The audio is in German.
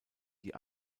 die